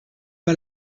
pas